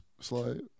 slide